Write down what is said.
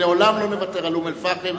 שלעולם לא נוותר על אום-אל-פחם.